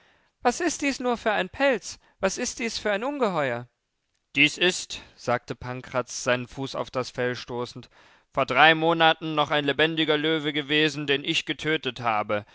was ist dies nur für ein pelz was ist dies für ein ungeheuer dies ist sagte pankraz seinen fuß auf das fell stoßend vor drei monaten noch ein lebendiger löwe gewesen den ich getötet habe